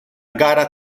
gara